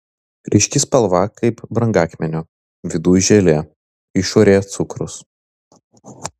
ryški spalva kaip brangakmenio viduj želė išorėje cukrus